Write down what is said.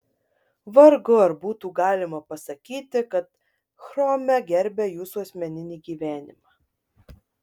vargu ar būtų galima pasakyti kad chrome gerbia jūsų asmeninį gyvenimą